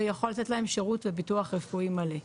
ויכול לתת להם שירות וביטוח רפואי מלא.